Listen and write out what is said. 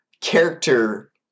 character